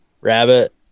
rabbit